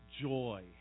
joy